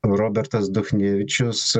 robertas duchnevičius